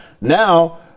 Now